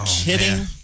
kidding